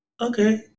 okay